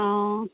অঁ